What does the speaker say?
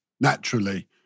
naturally